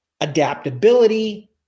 adaptability